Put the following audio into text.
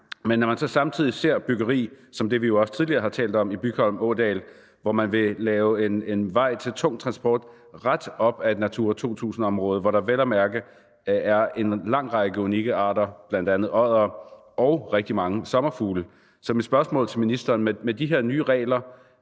Men man ser så samtidig byggeri som det, vi tidligere har talt om, i Bygholm Ådal, hvor man vil lave en vej til tung transport lige op ad et Natura 2000-område, hvor der vel at mærke er en lang række unikke arter, bl.a. oddere og rigtig mange sommerfugle. Så mit spørgsmål til ministeren er: Er de her nye regler